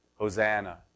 Hosanna